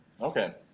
okay